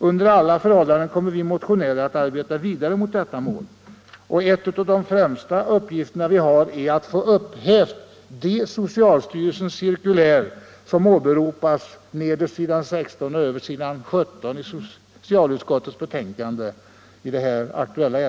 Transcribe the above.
Under alla förhållanden kommer vi motionärer att arbeta vidare mot detta mål.